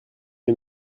eux